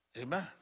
Amen